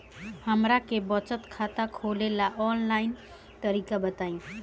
हमरा के बचत खाता खोले के आन लाइन तरीका बताईं?